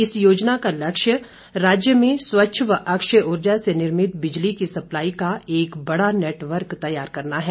इस योजना का लक्ष्य राज्य में स्वच्छ और अक्षय ऊर्जा से निर्मित बिजली की सप्लाई का एक बड़ा नेटवर्क तैयार करना है